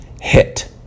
hit